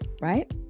right